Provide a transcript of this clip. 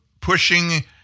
pushing